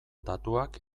datuak